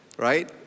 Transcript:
Right